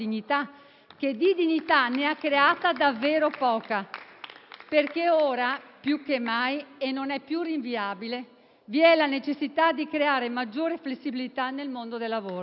di dignità ne ha creata davvero poca. Ora più che mai - non è più rinviabile - vi è la necessità di creare maggiore flessibilità nel mondo del lavoro.